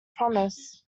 promise